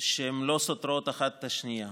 שלא סותרות אחת את השנייה.